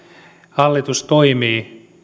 hallitus toimii